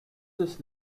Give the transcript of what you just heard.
this